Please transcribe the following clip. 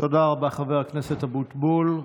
תודה רבה, חבר הכנסת אבוטבול.